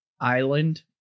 island